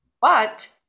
But-